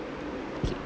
okay